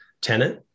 tenant